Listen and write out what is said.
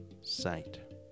sight